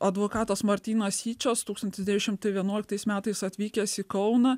advokatas martynas yčas tūkstantis devyni šimtai vienuoliktais metais atvykęs į kauną